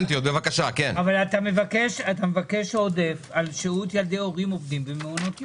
אתה מבקש עודף על שהות ילדי הורים עובדים במעונות יום.